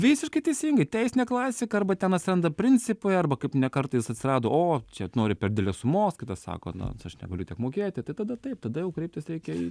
visiškai teisingai teisinė klasika arba ten atsiranda principai arba kaip ne kartą jis atsirado o čia nori per didelės sumos kitas sako na aš negaliu tiek mokėti tai tada taip tada jau kreiptis reikia į